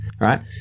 right